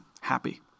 happy